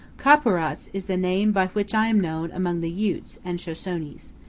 ka'purats is the name by which i am known among the utes and shoshones,